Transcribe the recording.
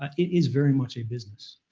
ah it is very much a business.